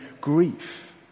grief